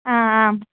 आ आं